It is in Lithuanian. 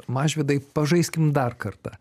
mažvydai pažaiskim dar kartą